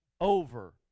over